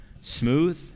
smooth